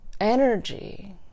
Energy